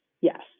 yes